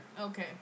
Okay